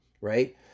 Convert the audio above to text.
right